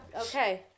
Okay